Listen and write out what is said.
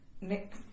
Nick